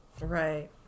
right